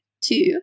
two